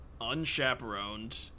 unchaperoned